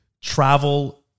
travel